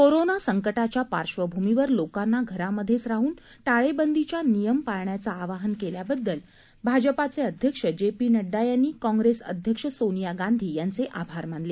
corona संकटाच्या पार्श्वभूमीवर लोकांना घरामध्येच राहून टाळेबंदीच्या नियम पाळण्याचे आवाहन केल्याबद्दल भाजपाचे अध्यक्ष जे पी नड्डा यांनी कॉप्रेस अध्यक्ष सोनिया गांधी यांचे आभार मानले